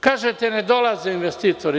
Kažete da ne dolaze investitori.